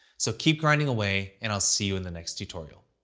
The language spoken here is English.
so keep grinding away and i'll see you in the next tutorial.